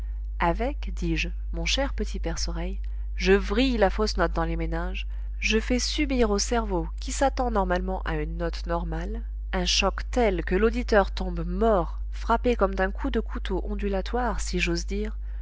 ondes hertziennes avec dis-je mon cher petit perce oreille je vrille la fausse note dans les méninges je fais subir au cerveau qui s'attend normalement à une note normale un choc tel que l'auditeur tombe mort frappé comme d'un coup de couteau ondulatoire si j'ose dire